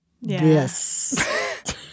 yes